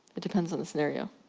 it depends on the scenario.